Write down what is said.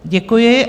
Děkuji.